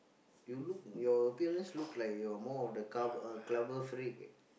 you look your appearance look like you're more of the c~ uh clubber freak